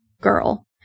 girl